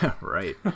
Right